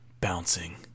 bouncing